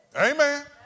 Amen